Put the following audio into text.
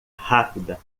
rápida